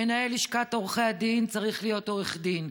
מנהל לשכת עורכי הדין צריך להיות עורך דין,